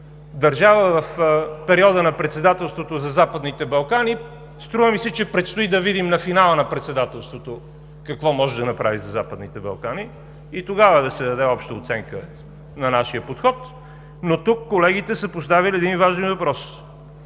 държава в периода на председателството за Западните Балкани. Струва ми се, че можем да видим на финала на председателството какво може да направи за Западните Балкани и тогава да се даде обща оценка на нашия подход. Колегите са поставили един важен въпрос